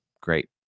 Great